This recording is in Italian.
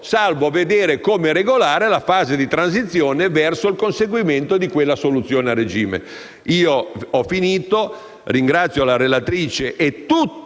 salvo vedere come regolare la fase di transizione verso il conseguimento di quella soluzione a regime. Ho concluso il mio intervento; ringrazio la relatrice e tutti